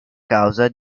causa